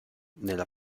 nella